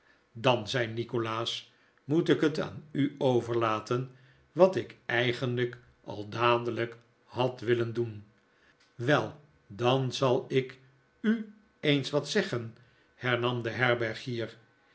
dan zei nikolaas moet ik het aan u overlaten wat ik eigenlijk al dadelijk had willen doen wel dan zal ik u eens wat zeggen hernam de herbergier